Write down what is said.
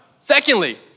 secondly